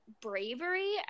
bravery